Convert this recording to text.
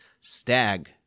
Stag